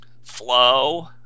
flow